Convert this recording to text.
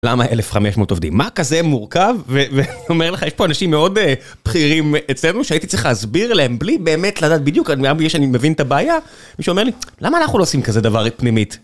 למה 1,500 עובדים? מה כזה מורכב? ואומר לך, יש פה אנשים מאוד בכירים אצלנו שהייתי צריך להסביר להם בלי באמת לדעת בדיוק, עד מאה ביש אני מבין את הבעיה, מי שאומר לי, למה אנחנו לא עושים כזה דבר פנימית?